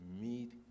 meet